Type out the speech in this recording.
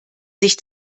sich